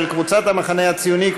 של קבוצת סיעת המחנה הציוני,